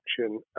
action